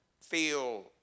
feel